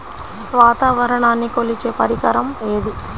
వాతావరణాన్ని కొలిచే పరికరం ఏది?